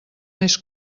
més